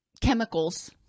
chemicals